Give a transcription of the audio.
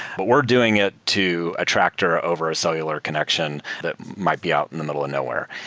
but we're doing it to a tractor over a cellular connection that might be out in the middle of nowhere.